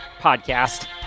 podcast